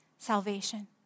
salvation